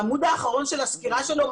בעמוד האחרון של הסקירה שלו,